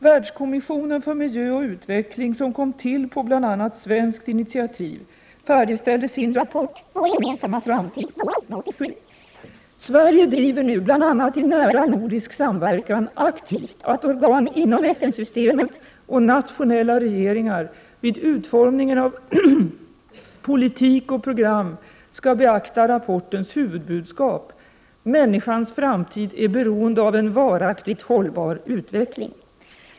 Världskommissionen för miljö och utveckling, som kom till på bl.a. svenskt initiativ, färdigställde sin rapport Vår gemensamma framtid våren 1987. Sverige driver nu bl.a. i nära nordisk samverkan aktivt att organ inom FN-systemet och nationella regeringar vid utformningen av politik och program skall beakta rapportens huvudbudskap: människans framtid är beroende av en varaktigt hållbar utveckling.